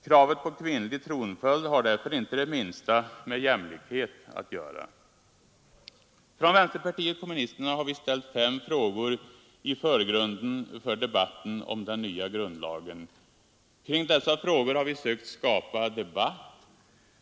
Kravet på kvinnlig tronföljd har därför inte det minsta med jämlikhet att göra. Från vänsterpartiet kommunisterna har vi ställt fem frågor i förgrunden i debatten om den nya grundlagen. Kring dessa frågor har vi sökt skapa debatt.